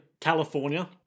California